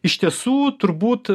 iš tiesų turbūt